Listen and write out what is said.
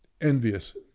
envious